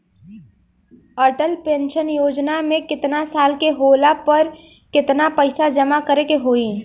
Atal pension योजना मे केतना साल के होला पर केतना पईसा जमा करे के होई?